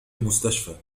المستشفى